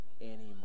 anymore